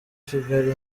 kigali